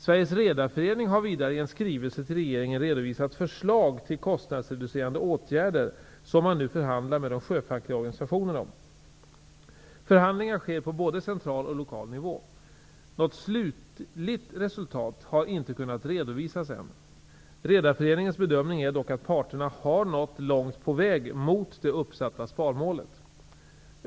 Sveriges redareförening har vidare i en skrivelse till regeringen redovisat förslag till kostnadsreducerande åtgärder som man nu förhandlar med de sjöfackliga organisationerna om. Förhandlingar sker på både central och lokal nivå. Något slutligt resultat har inte kunnat redovisas än. Redareföreningens bedömning är dock att parterna har nått långt på vägen mot det uppsatta sparmålet.